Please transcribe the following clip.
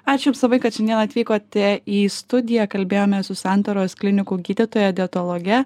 ačiū jums labai kad šiandien atvykote į studiją kalbėjomės su santaros klinikų gydytoja dietologe